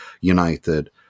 United